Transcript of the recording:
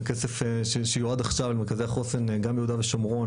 הכסף שיועד עכשיו למרכזי החוסן גם ביהודה ושומרון,